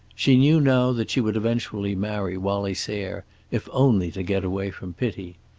she knew now that she would eventually marry wallie sayre if only to get away from pity.